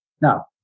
Now